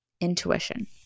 Intuition